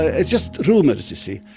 it's just rumors, you see,